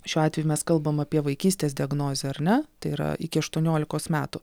šiuo atveju mes kalbam apie vaikystės diagnozę ar ne tai yra iki aštuoniolikos metų